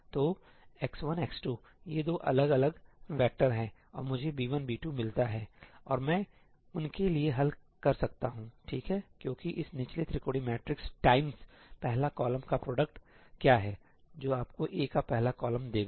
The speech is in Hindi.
तो x1 x2 ये 2 अलग अलग वैक्टर हैं और मुझे b1 b2 मिलता है और मैं उनके लिए हल कर सकता हूं ठीक है क्योंकि इस निचले त्रिकोणीय मैट्रिक्स टाइम्स पहला कॉलम का प्रोडक्ट क्या हैं जो आपको A का पहला कॉलम देगा